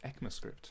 ECMAScript